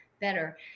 better